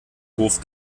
hof